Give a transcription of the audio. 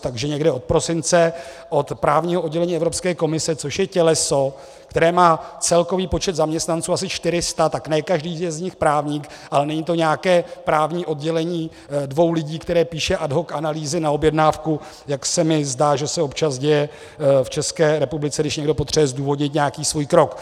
Takže někde od prosince od právního oddělení Evropské komise, což je těleso, které má celkový počet zaměstnanců asi 400, tak ne každý je z nich právník, ale není to nějaké právní oddělení dvou lidí, které píše ad hoc analýzy na objednávku, jak se mi zdá, že se občas děje v České republice, když někdo potřebuje zdůvodnit nějaký svůj krok.